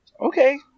Okay